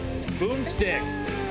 boomstick